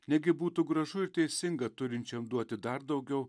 negi būtų gražu ir teisinga turinčiam duoti dar daugiau